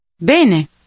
Bene